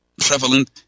prevalent